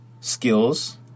skills